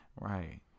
Right